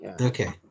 Okay